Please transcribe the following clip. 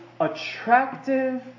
attractive